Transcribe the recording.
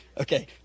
Okay